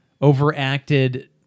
overacted